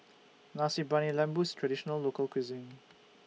Nasi Briyani Lembu IS A Traditional Local Cuisine